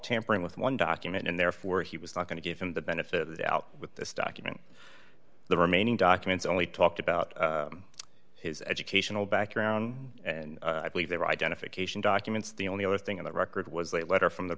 tampering with one document and therefore he was not going to give him the benefit out with this document the remaining documents only talked about his educational background and i believe their identification documents the only other thing in the record was letter from the